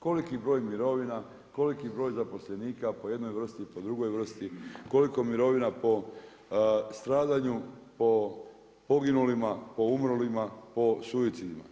Koliki broj mirovina, koliki broj zaposlenika, po jednoj vrsti, po drugoj vrsti, koliko mirovina po stradanju, po poginulima, po umrlima, po suicidu.